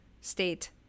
state